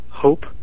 HOPE